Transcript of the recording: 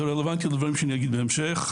זה רלוונטי לדברים שאני אגיד בהמשך,